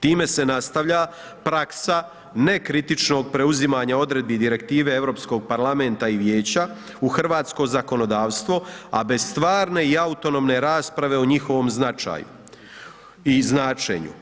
Time se nastavlja praksa nekritičnog preuzimanja odredbi Direktive Europskog parlamenta i vijeća u hrvatsko zakonodavstvo, a bez stvarne i autonomne rasprave o njihovom značaju i značenju.